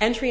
entry